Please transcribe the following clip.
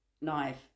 knife